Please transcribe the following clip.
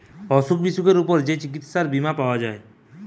অসুখ বিসুখের উপর যে চিকিৎসার বীমা পাওয়া যায়